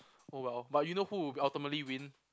oh well but you know who will ultimately win